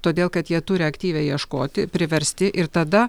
todėl kad jie turi aktyviai ieškoti priversti ir tada